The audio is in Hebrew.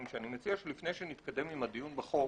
שאני מציע שלפני שנתקדם עם הדיון בחוק,